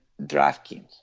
DraftKings